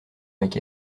avec